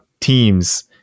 teams